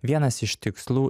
vienas iš tikslų